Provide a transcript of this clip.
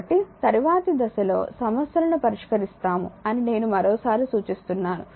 కాబట్టి తరువాతి దశలో సమస్యలను పరిష్కరిస్తాము అని నేను మరోసారి సూచిస్తున్నాను